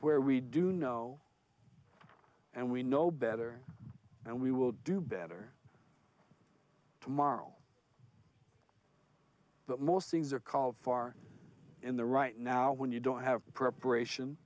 where we do know and we know better and we will do better tomorrow that most things are called far in the right now when you don't have preparation